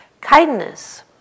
Kindness